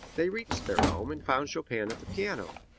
they reached their home and found chopin at the piano.